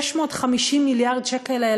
650 מיליארד השקל האלה,